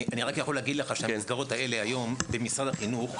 אני רק יכול להגיד לך שהמסגרות האלה היום במשרד החינוך,